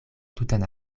tutan